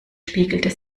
spiegelt